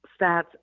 stats